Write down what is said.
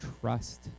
trust